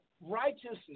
Righteousness